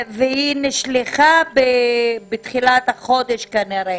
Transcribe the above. והיא נשלחה בתחילת החודש כנראה.